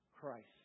Christ